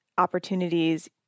opportunities